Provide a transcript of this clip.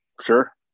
sure